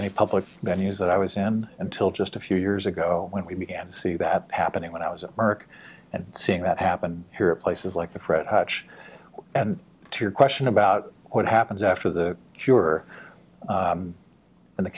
any public venues that i was in until just a few years ago when we began to see that happening when i was at work and seeing that happen here at places like the fred hutch and to your question about what happens after the cure in the